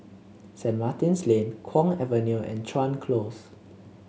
Saint Martin's Lane Kwong Avenue and Chuan Close